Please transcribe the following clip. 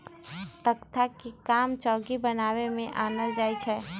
तकख्ता के काम चौकि बनाबे में आनल जाइ छइ